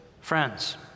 friends